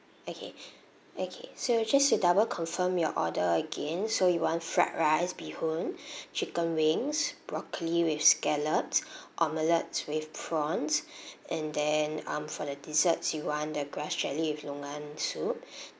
okay okay so just to double confirm your order again so you want fried rice bee hoon chicken wings broccoli with scallops omelette with prawns and then um for the desserts you want the grass jelly with longan soup